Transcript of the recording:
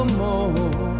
more